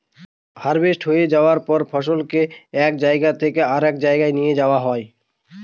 harvest হয়ে যায়ার পর ফসলকে এক জায়গা থেকে আরেক জাগায় নিয়ে যাওয়া হয়